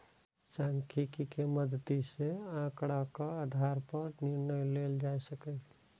सांख्यिकी के मदति सं आंकड़ाक आधार पर निर्णय लेल जा सकैए